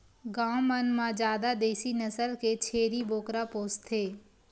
गाँव मन म जादा देसी नसल के छेरी बोकरा पोसथे